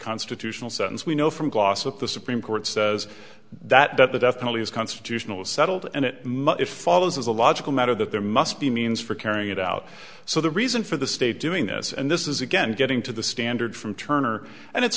constitutional sentence we know from glossop the supreme court says that the death penalty is constitutional is settled and it follows as a logical matter that there must be a means for carrying it out so the reason for the state doing this and this is again getting to the standard from turner and it's